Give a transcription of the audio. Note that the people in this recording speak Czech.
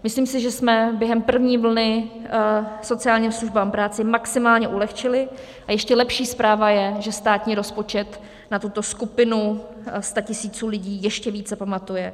Myslím si, že jsme během první vlny sociálním službám práci maximálně ulehčili, a ještě lepší zpráva je, že státní rozpočet na tuto skupinu statisíců lidí ještě více pamatuje.